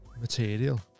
material